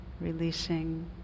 releasing